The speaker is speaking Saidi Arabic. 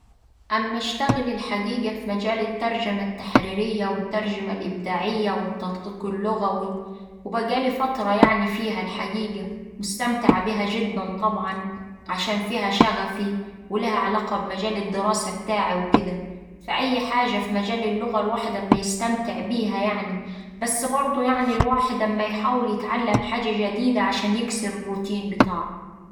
اما اشتغل الحقيقة في مجال الترجمة التحريرية والترجمة الإبداعية والتدقيق اللغوي وبقالي فترة يعني فيها الحقيقة مستمتعة بيها جدا طبعا عشان فيها شغفي وليها علاقة بمجال الدراسة بتاعي وكدا. فأي حاجة في مجال اللغة الواحد أما يستمتع بيها يعني بس برده الواحد يعني أما يحاول يتعلم حاجة جديدة عشان يكسر الروتين بتاعه.